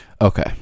Okay